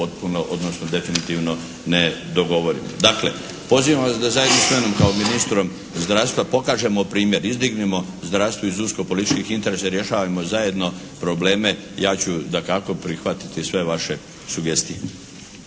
odnosno definitivno ne dogovorimo. Dakle, pozivam vas da zajedno sa mnom kao ministrom zdravstva pokažemo primjer, izdignemo zdravstvo iz usko političkih interesa i rješavamo zajedno probleme. Ja ću dakako prihvatiti sve vaše sugestije.